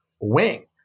wing